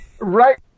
Right